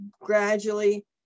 gradually